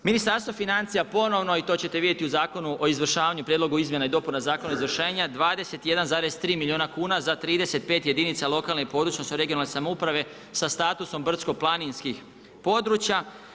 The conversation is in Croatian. Ministarstvo financija je ponovno i to ćete vidjeti u Zakonu o izvršavanju, Prijedlogu izmjena i dopuna Zakona o izvršenju 21,3 milijuna kuna za 35 jedinica lokalne i područne (regionalne) samouprave sa statusom brdsko-planinskih područja.